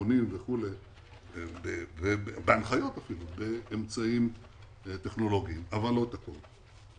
אבחונים ובהנחיות באמצעים טכנולוגיים אבל לא את הכול.